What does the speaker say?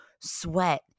sweat